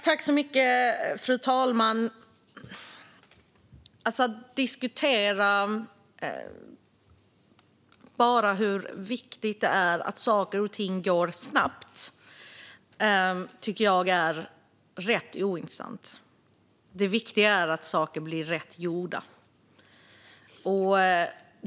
Fru talman! Att diskutera hur viktigt det är att saker och ting går snabbt är rätt ointressant. Det viktiga är att saker blir rätt gjorda.